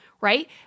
right